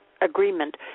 agreement